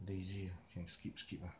lazy ah can skip skip ah